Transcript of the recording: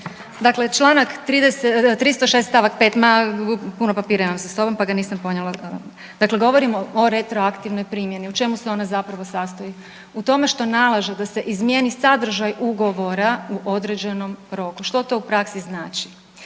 Dakle, čl. 306. st. 5. ma puno papira imam sa sobom pa ga nisam ponijela, dakle govorimo o retroaktivnoj primjeni o čemu se ona zapravo sastoji u tome što nalaže da se izmijeni sadržaj ugovora u određenom roku. Što to u praksi znači?